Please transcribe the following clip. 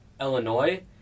Illinois